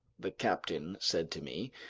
the captain said to me,